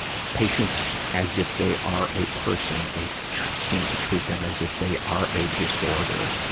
patients as if they are a person they seem to treat them as if they are a disorder.